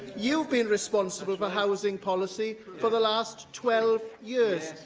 you've been responsible for housing policy for the last twelve years.